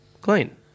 clean